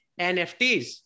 NFTs